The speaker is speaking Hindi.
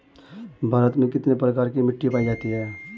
भारत में कितने प्रकार की मिट्टी पाई जाती हैं?